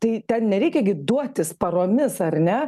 tai ten nereikia gi duotis paromis ar ne